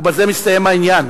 ובזה מסתיים העניין.